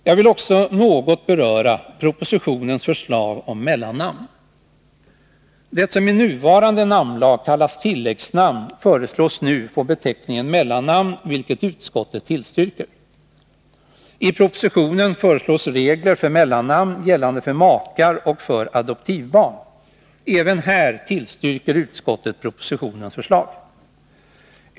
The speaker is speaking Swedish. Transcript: Jag vill också något beröra propositionens förslag om mellannamn. Det som i nuvarande namnlag kallas tilläggsnamn föreslås nu få beteckningen I propositionen föreslås regler för mellannamn gällande för makar och för adoptivbarn. Även här tillstyrker utskottet propositionens förslag.